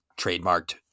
trademarked